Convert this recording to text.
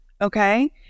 okay